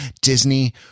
disney